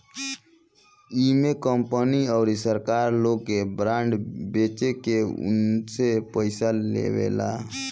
इमे कंपनी अउरी सरकार लोग के बांड बेच के उनसे पईसा लेवेला